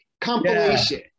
compilation